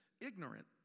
ignorant